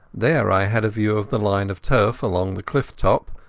there i had a view of the line of turf along the cliff top,